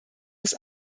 des